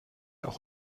auch